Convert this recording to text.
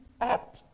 up